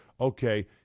Okay